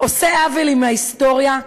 עושה עוול עם ההיסטוריה,